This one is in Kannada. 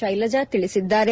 ಶೈಲಜಾ ತಿಳಿಸಿದ್ದಾರೆ